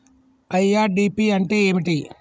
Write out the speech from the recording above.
IRDP అంటే ఏమిటి?